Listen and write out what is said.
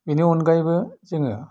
बिनि अनगायैबो जोङो